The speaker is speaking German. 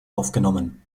aufgenommen